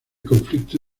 conflicto